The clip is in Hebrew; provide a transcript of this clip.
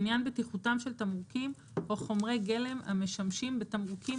בעניין בטיחותם של תמרוקים או חומרי גלם המשמשים בתמרוקים,